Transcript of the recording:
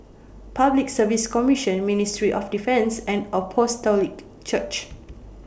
Public Service Commission Ministry of Defence and Apostolic Church